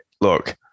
Look